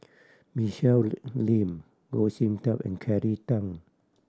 Michelle Lim Goh Sin Tub and Kelly Tang